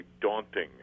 daunting